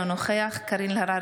אינו נוכח קארין אלהרר,